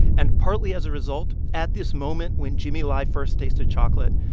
and partly as a result, at this moment when jimmy lai first tasted chocolate,